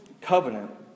covenant